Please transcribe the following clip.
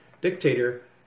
dictator